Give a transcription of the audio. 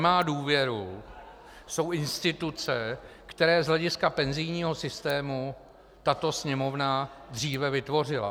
To, co nemá důvěru, jsou instituce, které z hlediska penzijního systému tato Sněmovna dříve vytvořila.